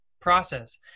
process